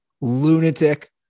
lunatic